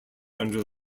under